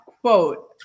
quote